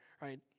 right